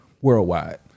worldwide